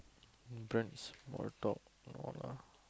mm brands small talk no lah